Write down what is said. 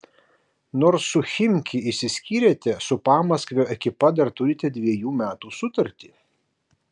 nors su chimki išsiskyrėte su pamaskvio ekipa dar turite dvejų metų sutartį